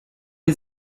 die